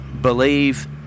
believe